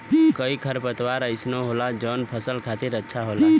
कई खरपतवार अइसनो होला जौन फसल खातिर अच्छा होला